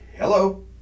Hello